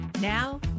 Now